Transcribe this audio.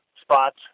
spots